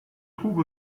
trouve